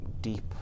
deep